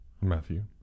Matthew